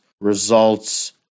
results